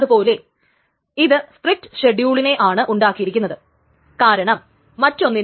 കാരണം അത് ഒരു പ്രത്യേക ഡേറ്റാ ടൈംസ്റ്റാമ്പിനെ വായിക്കുവാനും എഴുതുവാനും അനുവദിക്കുന്നു